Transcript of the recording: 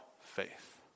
faith